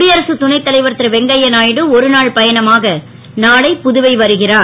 குடியரசு துணைத் தலைவர் ரு வெங்கையநாயுடு ஒரு நாள் பயணமாக நாளை புதுவை வருகிறார்